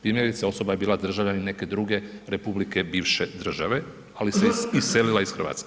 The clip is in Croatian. Primjerice osoba je bila državljanin neke druge republike bivše države, ali se iselila iz Hrvatske.